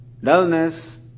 dullness